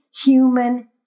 human